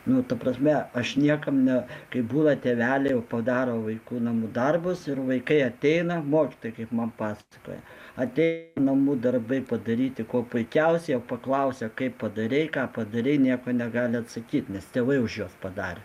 nu ta prasme aš niekam ne kaip būna tėveliai padaro vaikų namų darbus ir vaikai ateina mokytojai kaip man pasakoja ateina namų darbai padaryti kuo puikiausiai o paklausia kaip padarei ką padarei nieko negali atsakyt nes tėvai už juos padarė